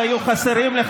אתה באת לבקש מאיתנו.